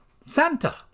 Santa